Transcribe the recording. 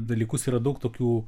dalykus yra daug tokių